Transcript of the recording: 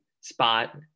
spot